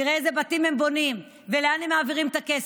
תראה איזה בתים הם בונים ולאן הם מעבירים את הכסף.